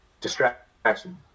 distraction